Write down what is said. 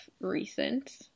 recent